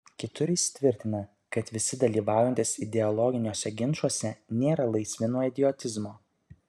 kitur jis tvirtina kad visi dalyvaujantys ideologiniuose ginčuose nėra laisvi nuo idiotizmo